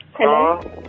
Hello